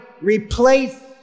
replace